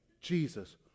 Jesus